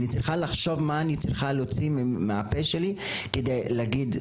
אני צריכה לחשוב מה אני צריכה להוציא מהפה שלי כדי להגיד.